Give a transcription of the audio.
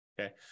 Okay